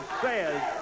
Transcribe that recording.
says